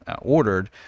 ordered